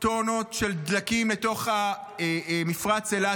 טונות של דלקים לתוך מפרץ אילת.